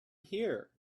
here